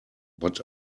but